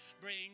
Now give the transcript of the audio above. Bring